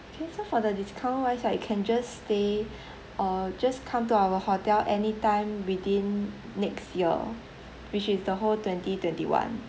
okay so for the discount wise I can just stay or just come to our hotel anytime within next year which is the whole twenty twenty one